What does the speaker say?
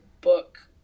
book